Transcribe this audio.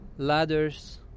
Ladders